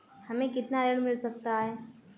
हमें कितना ऋण मिल सकता है?